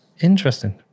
Interesting